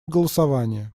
голосование